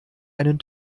einen